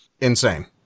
insane